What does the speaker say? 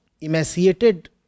emaciated